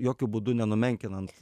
jokiu būdu nenumenkinant